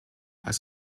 als